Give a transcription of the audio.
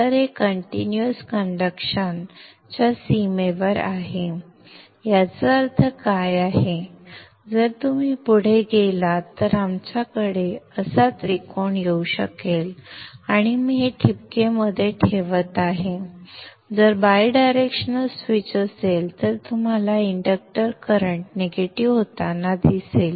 तर हे continuous conduction च्या सीमेवर आहे याचा अर्थ काय आहे जर तुम्ही पुढे गेलात तर आमच्याकडे असा त्रिकोण येऊ शकेल आणि मी हे ठिपके मध्ये ठेवत आहे जर बायडायरेक्शनल स्विच असेल तर तुम्हाला इंडक्टर करंट निगेटिव्ह होताना दिसेल